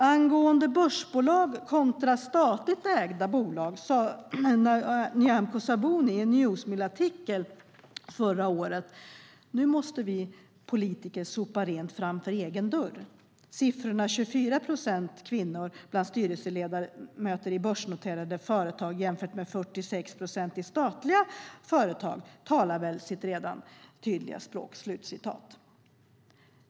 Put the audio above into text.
Angående börsbolag kontra statligt ägda bolag sade Nyamko Sabuni förra året i en Newsmillartikel: "Nu måste vi politiker sopa rent framför egen dörr." Vidare: "Siffrorna 24 procent kvinnor bland styrelseledamöter i börsnoterade företag jämfört med 46 procent i statligt ägda företag talar väl redan sitt tydliga språk?"